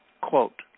Quote